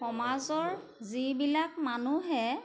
সমাজৰ যিবিলাক মানুহে